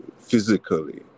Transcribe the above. physically